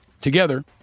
Together